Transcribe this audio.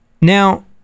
Now